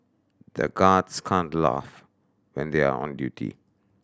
the guards can't laugh when they are on duty